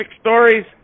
stories